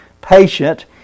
Patient